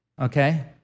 Okay